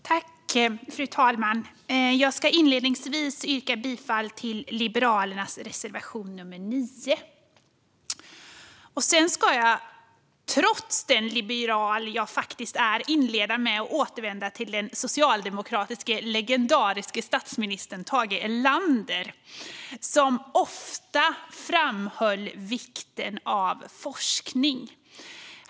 Fru talman! Jag yrkar inledningsvis bifall till Liberalernas reservation nr 9. Sedan ska jag trots den liberal jag är inleda med att återvända till den socialdemokratiske legendariske statsministern Tage Erlander som ofta framhöll vikten av forskning.